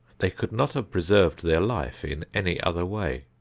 they could not have preserved their life in any other way.